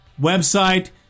website